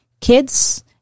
kids